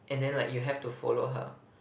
and then like you have to follow her